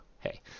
Hey